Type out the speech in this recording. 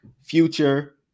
Future